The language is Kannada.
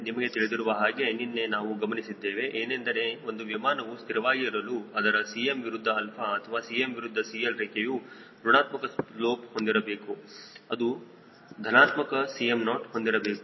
ನಿಮಗೆ ತಿಳಿದಿರುವ ಹಾಗೆ ನಿನ್ನೆ ನಾವು ಗಮನಿಸಿದ್ದೇವೆ ಏನೆಂದರೆ ಒಂದು ವಿಮಾನವು ಸ್ಥಿರವಾಗಿ ಇರಲು ಅದರ Cm ವಿರುದ್ಧ 𝛼 ಅಥವಾ Cm ವಿರುದ್ಧ CL ರೇಖೆಯು ಋಣಾತ್ಮಕ ಸ್ಲೋಪ್ ಹೊಂದಿರಬೇಕು ಮತ್ತು ಅದು ಧನಾತ್ಮಕ Cm0 ಹೊಂದಿರಬೇಕು